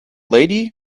lady